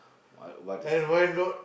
what what is the